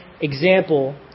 example